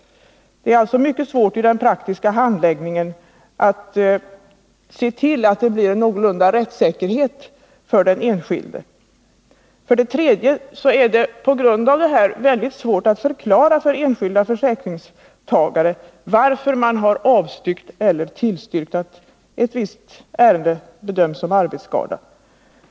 Det är alltså mycket svårt att i den praktiska handläggningen se till att det blir en någorlunda god rättssäkerhet för den enskilde. För det tredje är det på grund härav väldigt svårt att förklara för enskilda försäkringstagare varför man har avstyrkt eller tillstyrkt att en viss skada bedöms som arbetsskada.